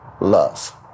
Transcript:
love